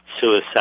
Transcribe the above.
suicide